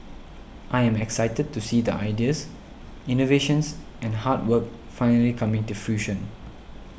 I am excited to see the ideas innovations and hard work finally coming to fruition